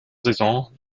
saison